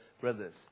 brothers